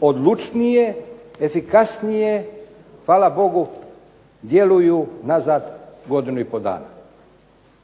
odlučnije, efikasnije hvala Bogu djeluju nazad godinu i pol dana.